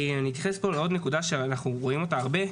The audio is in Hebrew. אני אתייחס לעוד נקודה שאנחנו רואים אותה הרבה.